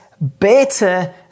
better